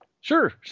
sure